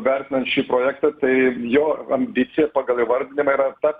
vertinant šį projektą tai jo ambicija pagal įvardijimą yra ta